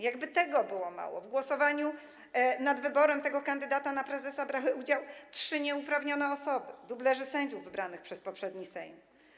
Jakby tego było mało, w głosowaniu nad wyborem tego kandydata na prezesa brały udział trzy nieuprawnione osoby, dublerzy sędziów wybranych przez poprzedni Sejm.